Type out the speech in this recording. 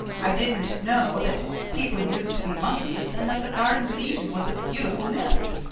i didn't know that people used to be monkeys and that the garden of eden was a beautiful myth.